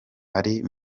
ari